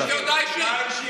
אדוני היושב-ראש,